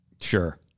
Sure